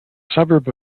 suburb